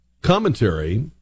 commentary